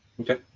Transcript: Okay